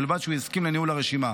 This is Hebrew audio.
ובלבד שהסכים לניהול הרשימה.